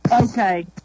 Okay